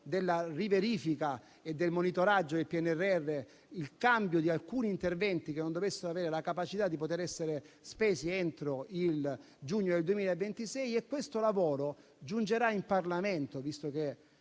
della riverifica e del monitoraggio del PNRR, il cambio di alcuni interventi che non dovessero riuscire ad essere spesi entro il giugno del 2026. Questo lavoro giungerà in Parlamento, visto che